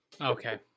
okay